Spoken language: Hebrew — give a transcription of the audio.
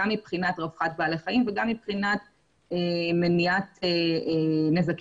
גם מבחינת רווחת בעלי החיים וגם מבחינת צמצום הנזקים